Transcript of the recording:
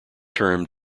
term